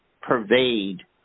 pervade